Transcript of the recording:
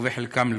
וחלקן לא.